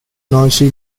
noisy